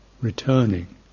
returning